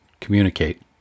Communicate